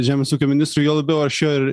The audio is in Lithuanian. žemės ūkio ministrui juo labiau aš jo ir